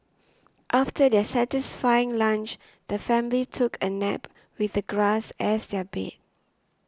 after their satisfying lunch the family took a nap with the grass as their bed